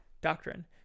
doctrine